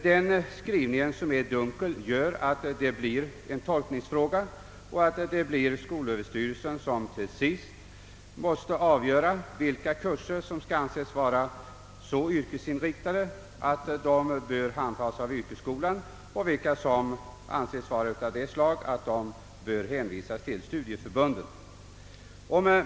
Den dunkla skrivningen gör att det blir en tolkningsfråga och att till sist skolöverstyrelsen måste avgöra vilka kurser som skall anses vara så yrkesinriktade att de bör handhas av yrkesskolan och vilka som bedöms vara av det slaget att de kan hänvisas till studieförbunden.